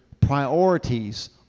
Priorities